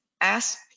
Ask